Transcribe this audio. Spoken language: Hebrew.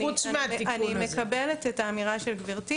אני מקבלת את האמירה של גברת.